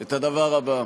את הדבר הבא: